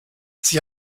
sie